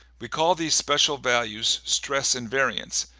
we call these special values stress invariants,